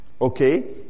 okay